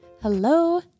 Hello